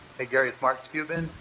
hey gary, it's mark cuban,